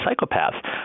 psychopaths